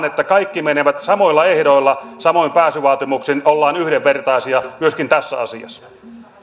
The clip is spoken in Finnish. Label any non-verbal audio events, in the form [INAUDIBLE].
[UNINTELLIGIBLE] että kaikki menevät samoilla ehdoilla samoin pääsyvaatimuksin ollaan yhdenvertaisia myöskin tässä asiassa